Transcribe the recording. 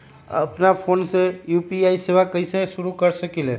अपना फ़ोन मे यू.पी.आई सेवा कईसे शुरू कर सकीले?